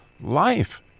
life